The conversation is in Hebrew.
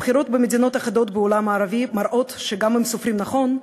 הבחירות במדינות אחדות בעולם הערבי מראות שגם אם סופרים נכון,